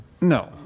No